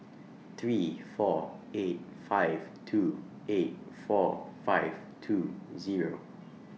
three four eight five two eight four five two Zero